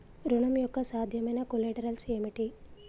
ఋణం యొక్క సాధ్యమైన కొలేటరల్స్ ఏమిటి?